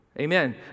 Amen